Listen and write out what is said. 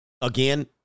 again